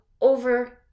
over